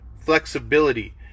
flexibility